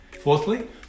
Fourthly